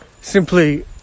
simply